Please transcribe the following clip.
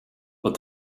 but